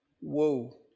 Whoa